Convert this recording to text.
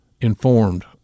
informed